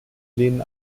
lehnen